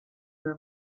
your